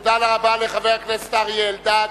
תודה רבה לחבר הכנסת אריה אלדד.